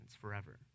forever